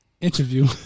interview